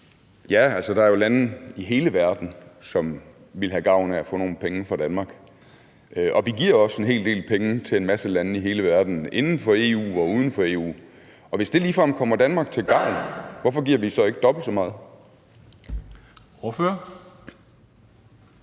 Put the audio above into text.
Altså, der er jo lande i hele verden, som ville have gavn af at få nogle penge fra Danmark. Og vi giver også en hel del penge til en masse lande i hele verden inden for EU og uden for EU, og hvis det ligefrem kommer Danmark til gavn, hvorfor giver vi så ikke dobbelt så meget? Kl.